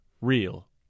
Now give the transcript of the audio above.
real